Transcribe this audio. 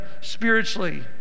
spiritually